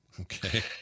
Okay